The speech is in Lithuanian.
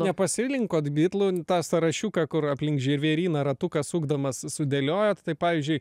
nepasirinkot bitlų tą sąrašiuką kur aplink žvėryną ratuką sukdamas sudėliojot tai pavyzdžiui